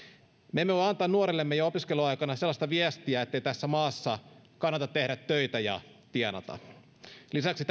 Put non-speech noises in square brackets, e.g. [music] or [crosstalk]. me emme voi antaa nuorillemme jo opiskeluaikana sellaista viestiä ettei tässä maassa kannata tehdä töitä ja tienata lisäksi [unintelligible]